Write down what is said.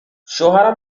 شوهرم